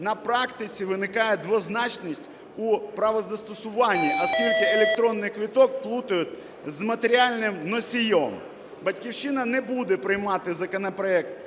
На практиці виникає двозначність у правозастосуванні, оскільки електронний квиток плутають з матеріальним носієм. "Батьківщина" не буде приймати законопроект